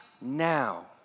now